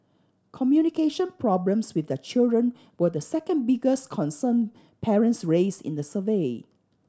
communication problems with their children were the second biggest concern parents raised in the survey